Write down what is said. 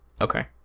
Okay